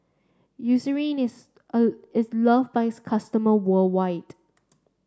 Eucerin is a is loved by its customer worldwide